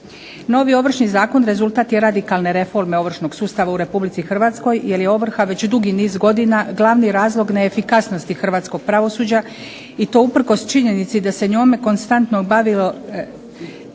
Novi Ovršni zakon rezultat je radikalne reforme ovršnog sustava u Republici Hrvatskoj jer je ovrha već dugi niz godina glavni razlog neefikasnosti hrvatskog pravosuđa i to usprkos činjenici da se njome konstantno bavilo